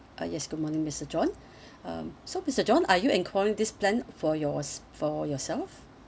uh yes good morning mister john um so mister john are you enquiring this plan for yours~ for yourself